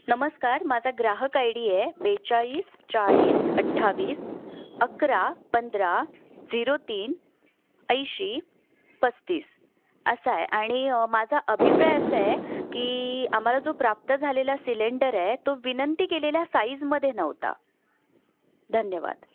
नमस्कार माझा ग्राहक आय डी आहे बेचाळीस चाळीस अठ्ठावीस अकरा पंधरा झिरो तीन ऐंशी पस्तीस असा आहे आणि माझा अभिप्राय असा आहे की आम्हाला जो प्राप्त झालेला सिलेंडर आहे तो विनंती केलेल्या साईजमध्ये नव्हता धन्यवाद